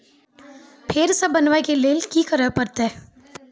फेर सॅ बनबै के लेल की करे परतै?